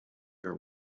are